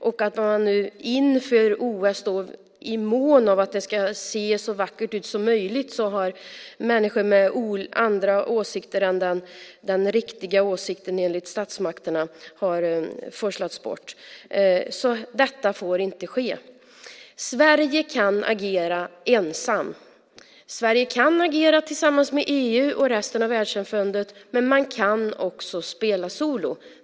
Inför OS har man varit mån om att det ska se så vackert ut som möjligt; därför har människor med andra åsikter än den enligt statsmakterna riktiga åsikten forslats bort. Detta får inte ske. Sverige kan agera ensamt. Sverige kan agera tillsammans med EU och resten av världssamfundet, men man kan också spela solo.